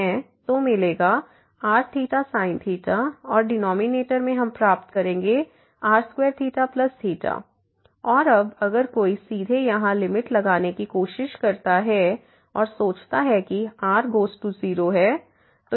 तोमिलेगा r और denominator में हम प्राप्त करेंगे r2 और अब अगर कोई सीधे यहां लिमिट लगाने की कोशिश करता है और सोचता है कि r→0